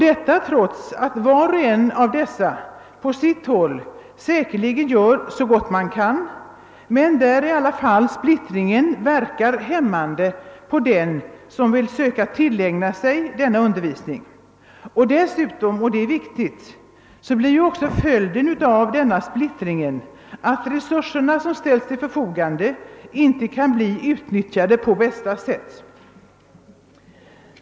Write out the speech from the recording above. Var och en av dessa institutioner gör säkerligen på sitt håll så gott den kan, men splittringen verkar ändå hämmande på den som vill söka tillägna sig denna undervisning, och dessutom — det är viktigt — blir följden av denna splittring att resurserna som ställs till förfogande inte kan bli utnyttjade på bästa sätt.